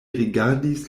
rigardis